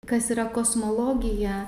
kas yra kosmologija